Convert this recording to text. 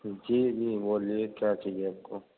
جی جی بولیے کیا چاہیے آپ کو